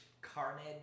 Carnage